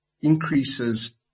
increases